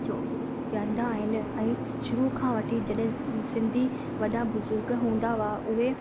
जो पीअंदा आहिनि ऐं शुरू खां वठी जॾहिं स सिंधी वॾा बुज़ुर्ग हूंदा हुआ उहे